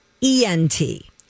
E-N-T